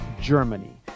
Germany